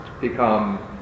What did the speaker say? become